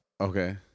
Okay